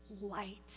light